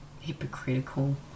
hypocritical